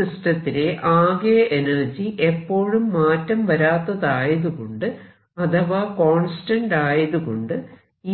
ഒരു സിസ്റ്റത്തിലെ ആകെ എനർജി എപ്പോഴും മാറ്റം വരാത്തതായതുകൊണ്ട് അഥവാ കോൺസ്റ്റന്റ് ആയതുകൊണ്ട്